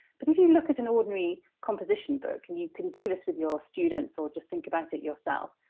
but if you look at an ordinary composition book and you can do this with your students, or just think about it yourself.